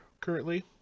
currently